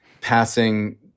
passing